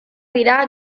dira